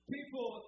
People